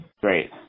great